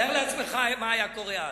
תאר לעצמך מה היה קורה אז.